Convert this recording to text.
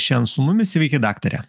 šiandien su mumis sveiki daktare